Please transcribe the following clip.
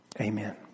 Amen